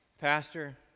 pastor